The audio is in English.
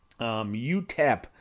UTEP